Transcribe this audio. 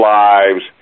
lives